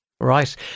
Right